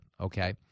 Okay